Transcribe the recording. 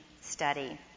study